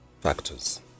factors